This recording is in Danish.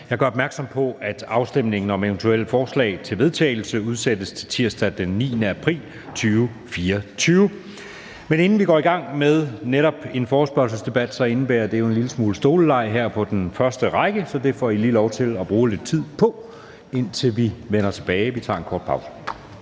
Jeg gør opmærksom på, at afstemningen om eventuelle forslag til vedtagelse udsættes til tirsdag den 9. april 2024. Men inden vi går i gang med netop en forespørgselsdebat, så indebærer det jo en lille smule stoleleg her på den første række, så det får I lige lov til at bruge lidt tid på, indtil vi vender tilbage. Vi tager en kort pause.